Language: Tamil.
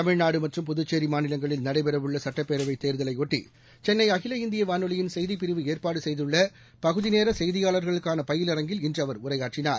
தமிழ்நாடுமற்றும் புதுச்சோமாநிலங்களில் நடைபெறவுள்ளசட்டப்பேரவைதேர்தலையொட்டிசென்னைஅகில இந்தியவானொலியின் செய்திப் பிரிவு ஏற்பாடுசெய்துள்ள பகுதிநேரசெய்தியாளர்களுக்கானபயிலரங்கில் இன்றுஅவர் உரையாற்றினார்